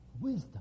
wisdom